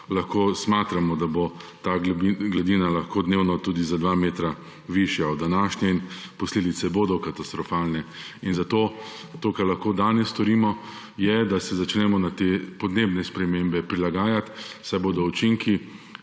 lahko smatramo, da bo ta gladina lahko dnevno tudi za dva metra višja od današnje. In posledice bodo katastrofalne. To, kar lahko danes storimo, je, da se začnemo na te podnebne spremembe prilagajati, saj bodo učinki